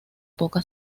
poca